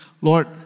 Lord